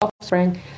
offspring